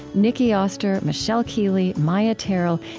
nicki oster, michelle keeley, maia tarrell,